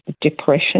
depression